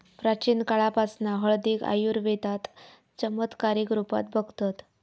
प्राचीन काळापासना हळदीक आयुर्वेदात चमत्कारीक रुपात बघतत